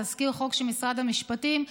תזכיר חוק של משרד המשפטים.